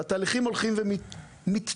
התהליכים הולכים ומיטיבים.